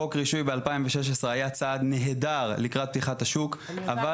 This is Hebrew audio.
חוק הרישוי ב-2016 היה צעד נהדר לקראת פתיחת השוק -- אני יודעת,